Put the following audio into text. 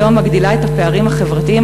זו המגדילה את הפערים החברתיים,